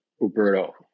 Uberto